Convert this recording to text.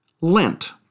Lent